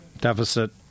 deficit